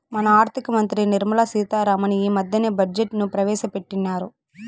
మన ఆర్థిక మంత్రి నిర్మలా సీతా రామన్ ఈ మద్దెనే బడ్జెట్ ను ప్రవేశపెట్టిన్నారు